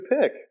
pick